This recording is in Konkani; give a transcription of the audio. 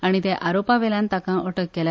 आनी त्या आरोपावेल्यान ताका अटक केल्या